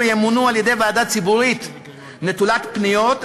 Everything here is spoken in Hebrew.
ימונו על-ידי ועדה ציבורית נטולת פניות,